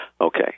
Okay